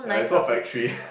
ya is all factory